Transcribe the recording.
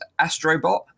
Astrobot